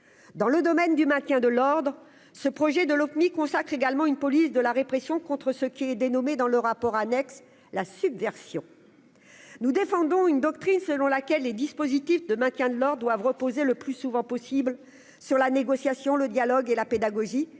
dans le domaine du maintien de l'ordre, ce projet de l'consacre également une police de la répression contre ce qui est des nommés dans le rapport annexe la subversion, nous défendons une doctrine selon laquelle les dispositifs de maintien de l'or doivent reposer le plus souvent possible sur la négociation, le dialogue et la pédagogie,